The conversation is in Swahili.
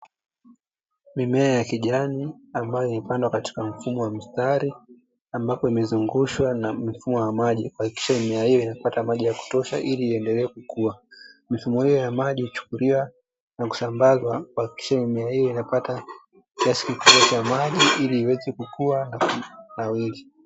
Mimea ya kijani, ambayo imepandwa kwa mstari, ambapo imezungushwa na mfumo wa maji, kuhakikisha mimea hiyo inapata maji ya kutosha ili iendelee kukua. Mifumo hiyo ya maji huchukuliwa, na kusambazwa kuhakikisha mimea hiyo inapata kiasi kikubwa cha maji, ili iweze kukua na kunawiri.